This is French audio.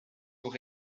pour